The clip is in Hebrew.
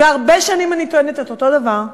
והרבה שנים אני טוענת את אותו דבר,